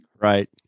Right